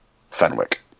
Fenwick